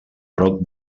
prop